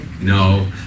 No